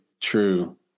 true